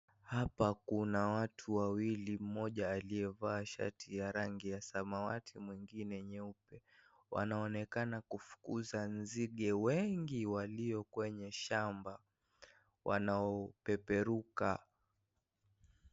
Hapa kuna watu wawili mmoja aliyevaa shati ya rangi ya samawati mwingine nyeupe wanaonekana kufukuza nzige wengi walio kwenye shamba wanaopeperuka.